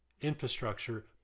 infrastructure